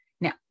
Now